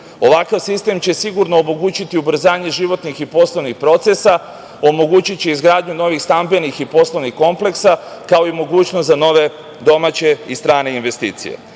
sistem će sigurno omogućiti ubrzanje životnih i poslovnih procesa, omogućiće izgradnju novih stambenih i poslovnih kompleksa, kao i mogućnost za nove domaće i strane investicije. Takođe,